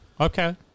Okay